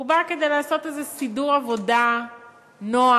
כדי לעשות איזה סידור עבודה נוח